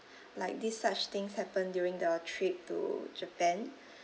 like this such things happen during their trip to japan